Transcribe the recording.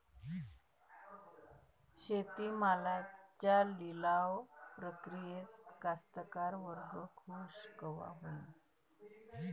शेती मालाच्या लिलाव प्रक्रियेत कास्तकार वर्ग खूष कवा होईन?